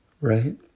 Right